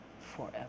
forever